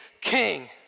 king